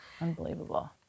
unbelievable